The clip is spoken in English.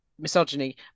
Misogyny